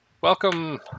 welcome